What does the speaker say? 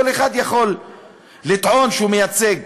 כל אחד יכול לטעון שהוא מייצג.